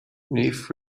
kenneth